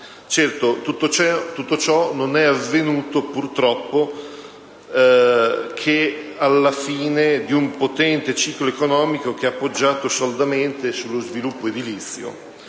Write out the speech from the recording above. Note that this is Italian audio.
purtroppo non è avvenuto che alla fine di un potente ciclo economico che ha poggiato saldamente sullo sviluppo edilizio.